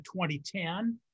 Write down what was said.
2010